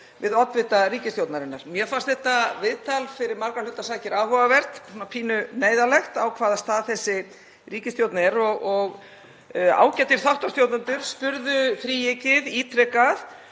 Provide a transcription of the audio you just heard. við oddvita ríkisstjórnarinnar. Mér fannst þetta viðtal fyrir margra hluta sakir áhugavert, pínu neyðarlegt á hvaða stað þessi ríkisstjórn er, og ágætir þáttastjórnendur spurðu þríeykið ítrekað